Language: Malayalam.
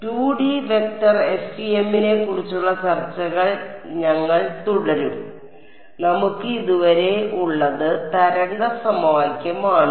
അതിനാൽ 2D വെക്റ്റർ FEM നെ കുറിച്ചുള്ള ചർച്ചകൾ ഞങ്ങൾ തുടരും നമുക്ക് ഇതുവരെ ഉള്ളത് തരംഗ സമവാക്യമാണ്